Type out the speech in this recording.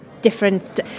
different